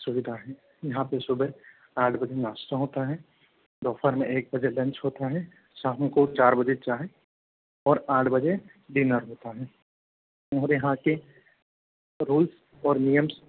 सुविधा है और यहाँ पे सुबह आठ बजे नाश्ता होता हैं दोपहर में एक बजे लंच होता है शाम को चार बजे चाय और आठ बजे डिनर होता हैं और यहाँ के रूल्स और नियम